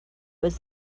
was